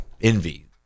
envy